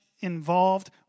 involved